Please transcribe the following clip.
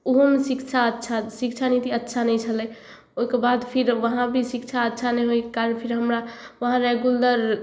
ओहोमे शिक्षा अच्छा शिक्षा नीति अच्छा नहि छलै ओहिके बाद फेर वहाँ भी शिक्षा अच्छा नहि होइके कारण हमरा वहाँ रेगुलर